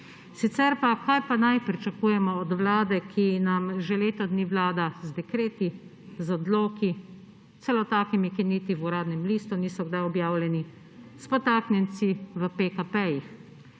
Sicer pa, kaj pa naj pričakujemo od vlade, ki nam že leto dni vlada z dekreti, odloki, celo takimi, ki niti v Uradnem listu niso kdaj objavljeni, s podtaknjenci v pekapejih.